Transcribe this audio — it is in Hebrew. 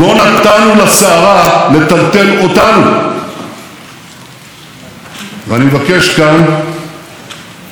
אני מבקש כאן להודות לכל אלו שעבדו יחד איתי בממשלה ובכנסת,